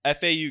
FAU